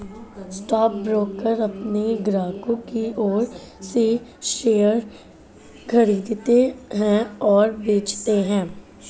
stockbroker अपने ग्राहकों की ओर से शेयर खरीदते हैं और बेचते हैं